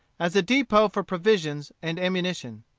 as a depot for provisions and ammunition.